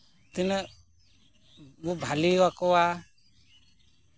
ᱛᱤᱱᱟᱹᱜ ᱵᱚ ᱵᱷᱟᱞᱤᱣᱟᱠᱚᱣᱟ